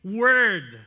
word